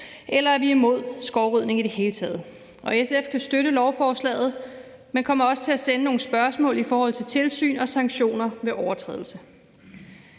eller at vi er imod skovrydning i det hele taget. SF kan støtte lovforslaget, men kommer også til at sende nogle spørgsmål om tilsyn og sanktioner ved overtrædelse.